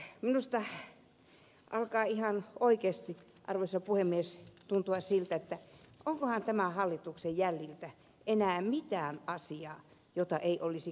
minusta alkaa ihan oikeasti arvoisa puhemies tuntua siltä että onkohan tämän hallituksen jäljiltä enää mitään asiaa jota ei olisi kriminalisoitu